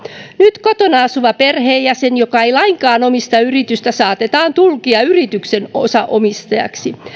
nyt kotona asuva perheenjäsen joka ei lainkaan omista yritystä saatetaan tulkita yrityksen osa omistajaksi